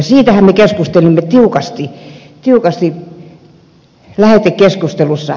siitähän me keskustelimme tiukasti lähetekeskustelussa